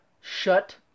Shut